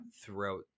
throughout